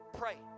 pray